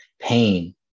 pain